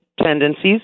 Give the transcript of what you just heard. tendencies